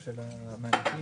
קשה לדעת.